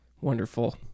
wonderful